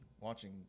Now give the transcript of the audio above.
watching